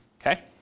Okay